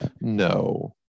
No